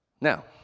Now